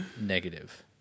negative